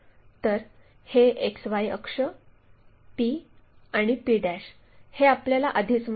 तर हे XY अक्ष p आणि p हे आपल्याला आधीच माहित आहे